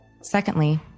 Secondly